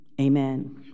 Amen